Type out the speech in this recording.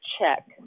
check